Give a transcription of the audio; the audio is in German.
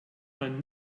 man